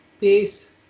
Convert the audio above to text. peace